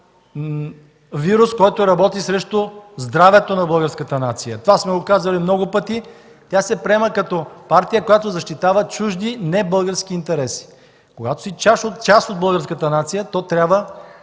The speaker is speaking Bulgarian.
вирус, който работи срещу здравето на българската нация. Това сме го казвали много пъти. Тя се приема като партия, която защитава чужди, не български интереси. Когато си част от българската нация, трябва